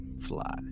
Fly